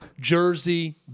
jersey